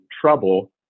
trouble